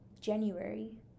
January